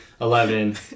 eleven